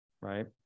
right